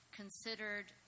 considered